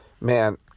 Man